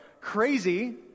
Crazy